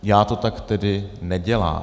Já to tak tedy nedělám.